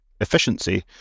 efficiency